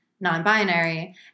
non-binary